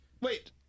Wait